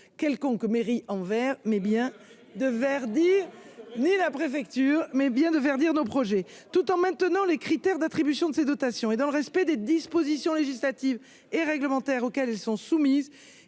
verdir ni la préfecture, mais bien de verdir nos projets tout en maintenant les critères d'attribution de ces dotations et dans le respect des dispositions législatives et réglementaires auxquelles elles sont soumises,